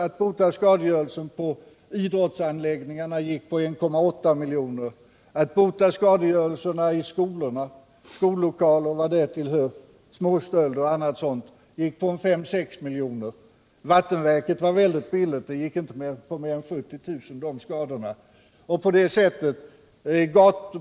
Att bota skadegörelsen på idrottsanläggningarna gick på 1,8 milj.kr. Att bota skadegörelsen i skollokaler och vad därtill hör — småstölder och annat sådant — gick på 5-6 milj.kr. Vattenverket var billigt att bota skadorna på — de skadorna gick inte till mer än 70 000 kr.